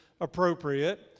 appropriate